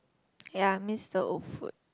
ya miss the old food